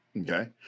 okay